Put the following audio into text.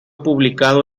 publicado